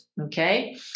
okay